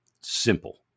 Simple